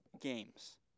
games